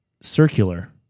circular